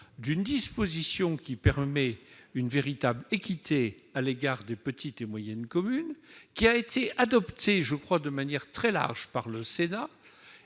d'une disposition qui permet une véritable équité à l'égard des petites et moyennes communes, qui a été adoptée de manière très large par le Sénat